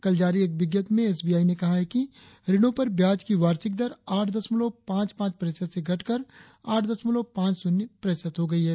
कल जारी एक विज्ञप्ति में एसबीआई ने कहा है कि ऋणों पर ब्याज की वार्षिक दर आठ दशमलव पांच पांच प्रतिशत से घटकर आठ दशमलव पांच शून्य प्रतिशत हो गई है